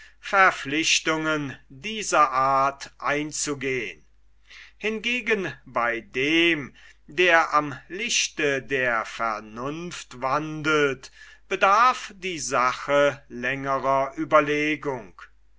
verpflichtungen dieser art einzugehn hingegen bei dem der am lichte der vernunft wandelt bedarf die sache längerer ueberlegung